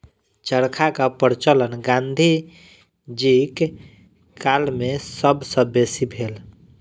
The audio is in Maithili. चरखाक प्रचलन गाँधी जीक काल मे सब सॅ बेसी भेल